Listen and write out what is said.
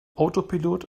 autopilot